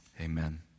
amen